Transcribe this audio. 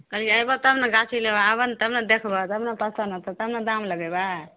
कहलियै अयबह तब ने गाछी लेबह आबह ने तब ने देखबह तब ने पसन्द होतौ तब ने दाम लगेबै